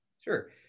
Sure